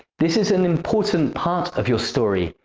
this is an important part of your story,